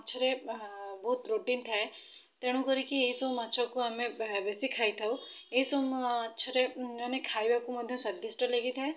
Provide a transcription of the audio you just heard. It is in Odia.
ମାଛରେ ବହୁତ ପ୍ରୋଟିନ୍ ଥାଏ ତେଣୁ କରିକି ଏଇସବୁ ମାଛକୁ ଆମେ ବେଶୀ ଖାଇଥାଉ ଏଇସବୁ ମାଛରେ ମାନେ ଖାଇବାକୁ ମଧ୍ୟ ସ୍ଵାଦିଷ୍ଟ ଲାଗିଥାଏ